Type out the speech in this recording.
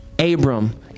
Abram